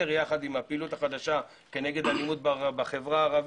יחד עם הפעילות החדשה כנגד אלימות בחברה הערבית,